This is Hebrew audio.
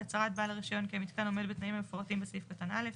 (1) הצהרת בעל הרישיון כי המיתקן עומד בתנאים המפורטים בסעיף קטן (א).